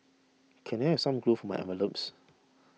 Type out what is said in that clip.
can I have some glue for my envelopes